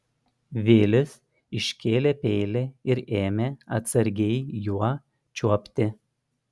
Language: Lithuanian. vilis iškėlė peilį ir ėmė atsargiai juo čiuopti